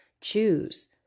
choose